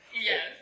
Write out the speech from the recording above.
yes